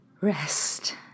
rest